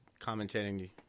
commentating